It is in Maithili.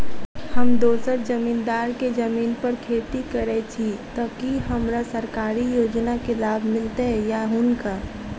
हम दोसर जमींदार केँ जमीन पर खेती करै छी तऽ की हमरा सरकारी योजना केँ लाभ मीलतय या हुनका?